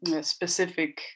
specific